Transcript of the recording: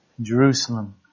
Jerusalem